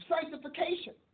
sanctification